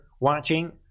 watching